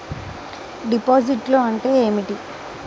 డిపాజిట్లు అంటే ఏమిటి?